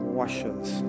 washes